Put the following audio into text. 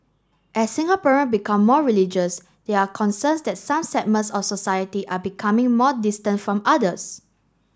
as Singaporean become more religious there are concerns that some segments of society are becoming more distant from others